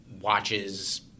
watches